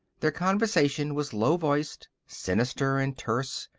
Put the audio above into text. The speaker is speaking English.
their conversation was low-voiced, sinister, and terse,